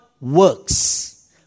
works